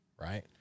Right